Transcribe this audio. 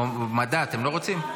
מדע אתם לא רוצים?